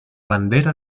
bandera